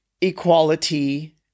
equality